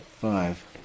Five